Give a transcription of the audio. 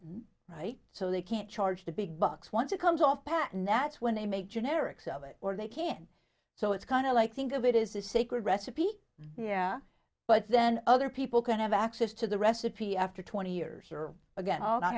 pad right so they can't charge the big bucks once it comes off patent that's when they make generics of it or they can so it's kind of like think of it is a sacred recipe here but then other people can have access to the recipe after twenty years or again all do